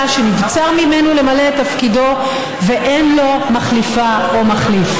שנבצר ממנו למלא את תפקידו ואין לו מחליפה או מחליף.